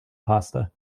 pasta